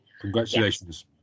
Congratulations